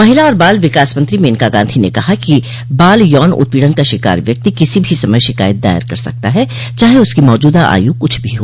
महिला और बाल विकास मंत्री मेनका गांधी ने कहा है कि बाल यौन उत्पीड़न का शिकार व्यक्ति किसी भी समय शिकायत दायर कर सकता है चाहे उसकी मौजूदा आयु कुछ भी हो